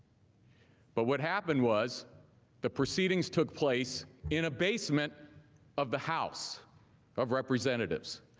but what happened was the proceedings took place in a basement of the house of representatives.